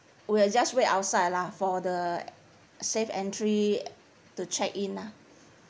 we'll just wait outside lah for the SafeEntry to check in lah